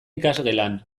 ikasgelan